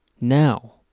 Now